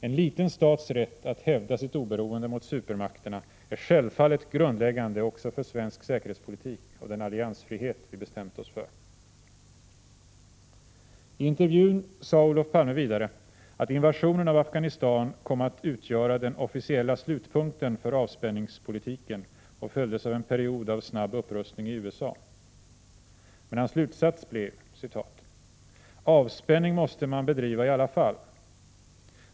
Enliten stats rätt att hävda sitt oberoende mot supermakterna är självfallet grundläggande också för svensk säkerhetspolitik och den alliansfrihet vi bestämt oss för. I intervjun sade Olof Palme vidare att invasionen av Afghanistan kom att utgöra den officiella slutpunkten för avspänningspolitiken och följdes av en period av snabb upprustning i USA. Men hans slutsats blev: ”Avspänning måste man bedriva i alla fall.